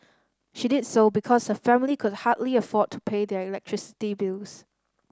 she did so because her family could hardly afford to pay their electricity bills